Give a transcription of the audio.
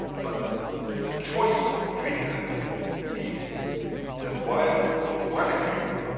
but the choice of doing that means that while, on the one hand,